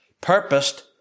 purposed